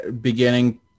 beginning